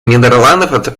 нидерландов